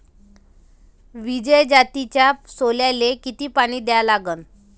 विजय जातीच्या सोल्याले किती पानी द्या लागन?